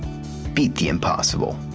beat the impossible.